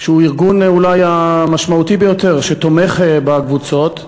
שהוא הארגון אולי המשמעותי ביותר שתומך בקבוצות,